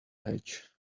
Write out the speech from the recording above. hedge